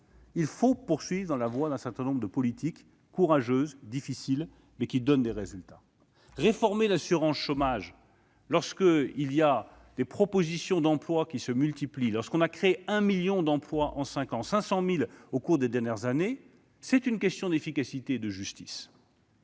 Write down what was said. il faut poursuivre dans la voie d'un certain nombre de politiques qui sont courageuses et difficiles, mais qui donnent des résultats. Réformer l'assurance chômage, lorsqu'il y a des propositions d'emplois qui se multiplient, qu'on a créé un million d'emplois en cinq ans, 500 000 au cours des dernières années, est une question d'efficacité et de justice.